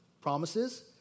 promises